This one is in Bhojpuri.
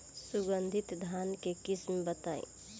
सुगंधित धान के किस्म बताई?